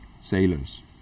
sailors